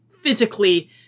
physically